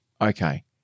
okay